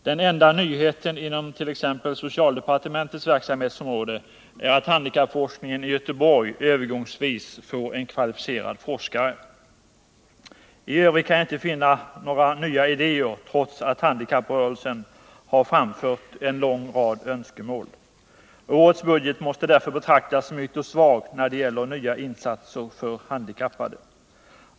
Den enda nyheten inom t.ex. socialdepartementets verksamhetsområde är att handikappforskningen i Göteborg övergångsvis får en kvalificerad forskare. I övrigt kan jag inte finna några nya idéer trots att handikapprörelsen har framfört en lång rad önskemål. Årets budget måste därför betraktas som ytterst svag när det gäller nya insatser för handikappade.